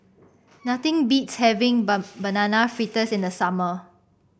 nothing beats having Banana Fritters in the summer